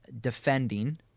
defending